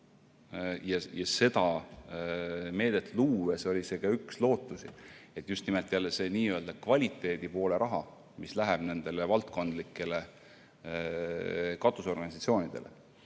ja seda meedet luues oli see ka üks lootusi, et just nimelt see nii-öelda kvaliteedipoole raha, mis läheb nendele valdkondlikele katusorganisatsioonidele,